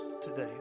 today